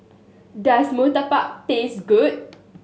does murtabak taste good